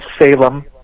salem